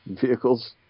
vehicles